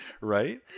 Right